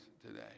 today